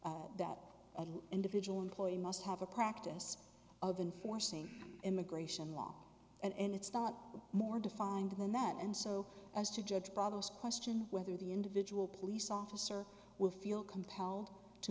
that an individual employee must have a practice of enforcing immigration law and it's not more defined than that and so as to judge problems question whether the individual police officer will feel compelled to